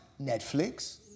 Netflix